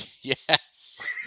yes